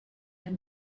had